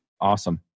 Awesome